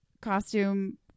costume